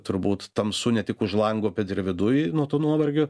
turbūt tamsu ne tik už lango bet ir viduj nuo to nuovargio